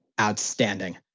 outstanding